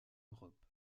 europe